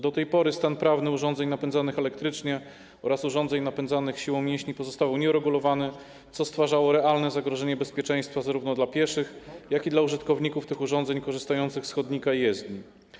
Do tej pory stan prawny urządzeń napędzanych elektrycznie oraz urządzeń napędzanych siłą mięśni pozostał nieuregulowany, co stwarzało realne zagrożenie bezpieczeństwa zarówno dla pieszych, jak i dla użytkowników tych urządzeń korzystających z chodnika i jezdni.